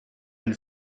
been